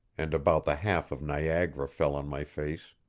and about the half of niagara fell on my face.